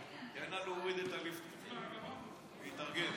תן לה להוריד את הליפט לפני, להתארגן.